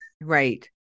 right